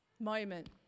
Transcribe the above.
moment